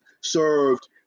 served